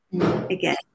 again